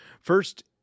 First